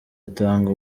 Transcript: atanga